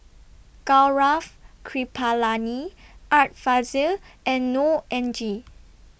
Gaurav Kripalani Art Fazil and Neo Anngee